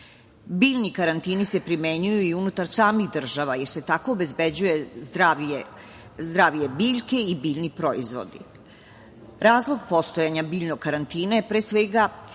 Biljni karantini se primenjuju i unutar samih država, jer se tako obezbeđuje zdravlje biljaka i biljni proizvodi. Razlog postojanja biljnog karantina je pre svega